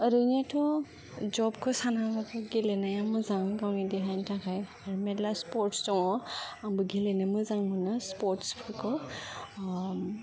ओरैनोथ' जबखौ सानालाबा गेलेनाया मोजां गावनि देहानि थाखाय आरो मेल्ला स्पर्ट्स दङ' आंबो गेलेनो मोजां मोनो स्पर्ट्सफोरखौ